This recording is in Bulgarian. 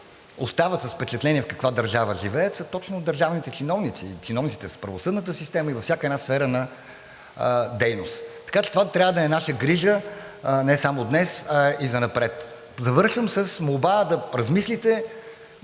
остават с впечатлението в каква държава живеят, са точно държавните чиновници – чиновниците в правосъдната система и във всяка една сфера на дейност. Така че това трябва да е наша грижа не само днес, но и занапред. Завършвам с молба да размислите